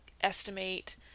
estimate